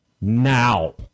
now